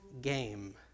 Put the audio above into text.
game